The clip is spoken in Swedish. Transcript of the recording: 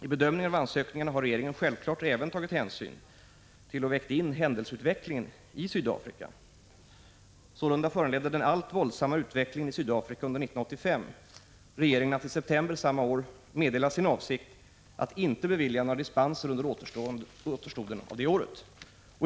I bedömningen av ansökningarna har regeringen självklart även tagit hänsyn till och vägt in händelseutvecklingen i Sydafrika. Således föranledde den allt våldsammare utvecklingen i Sydafrika under 1985 regeringen att i september samma år meddela sin avsikt att inte bevilja några dispenser under återstoden av år 1985.